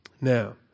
Now